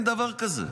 אין דבר כזה.